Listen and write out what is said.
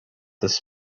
this